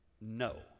no